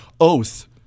Oath